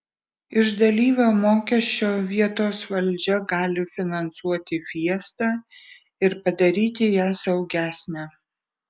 iš dalyvio mokesčio vietos valdžia gali finansuoti fiestą ir padaryti ją saugesnę